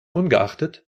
ungeachtet